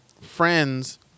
friends